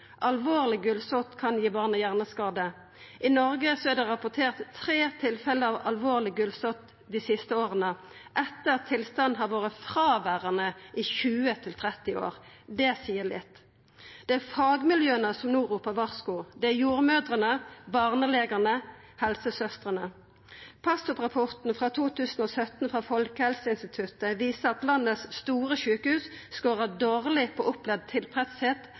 Alvorleg gulsott kan gi barnet hjerneskade. I Noreg er det rapportert tre tilfelle av alvorleg gulsott dei siste åra, etter at tilstanden har vore fråverande i 20–30 år. Det seier litt. Det er fagmiljøa som no roper varsku. Det er jordmødrene, barnelegane og helsesøstrene. Pas-Opp-rapporten frå 2017 frå Folkehelseinstituttet viser at landets store sjukehus skårar dårleg på opplevd